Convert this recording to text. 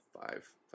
Five